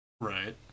right